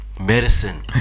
medicine